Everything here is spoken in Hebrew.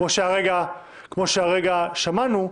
-- כמו שהרגע שמענו,